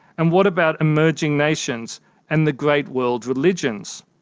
and what about emerging nations and the great world religions?